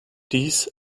dies